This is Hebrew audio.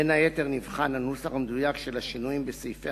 בין היתר נבחנים הנוסח המדויק של השינויים בסעיפי